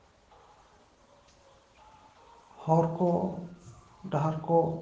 ᱦᱚᱨ ᱠᱚ ᱰᱟᱦᱟᱨ ᱠᱚ